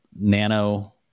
Nano